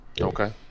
okay